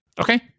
Okay